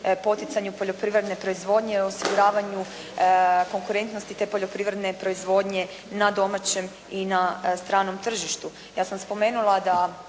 poticanje poljoprivredne proizvodnje i osiguravanju konkurentnosti te poljoprivredne proizvodnje na domaćem i na stranom tržištu.